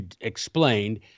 explained